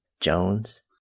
Jones